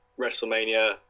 WrestleMania